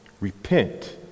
Repent